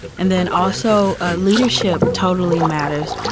and then also ah leadership totally matters,